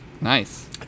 Nice